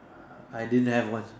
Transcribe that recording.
I didn't have one